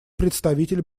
представитель